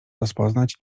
rozpoznać